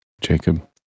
Jacob